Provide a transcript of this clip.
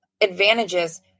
advantages